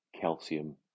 calcium